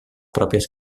pròpies